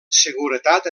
seguretat